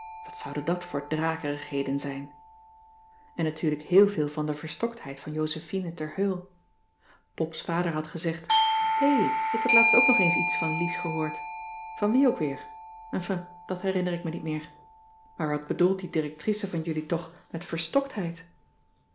wat zouden dat voor drakerigheden zijn en natuurlijk heel veel van de verstoktheid van josephine ter heul pops vader had gezegd hé ik heb laatst ook nog eens iets van lies gehoord van wie ook weer enfin dat herinner ik me niet meer maar wat bedoelt die directrice van jullie toch met